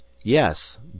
Yes